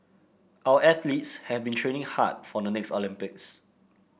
our athletes have been training hard for the next Olympics